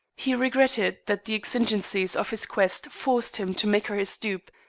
he regretted that the exigencies of his quest forced him to make her his dupe,